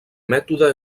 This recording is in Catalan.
mètode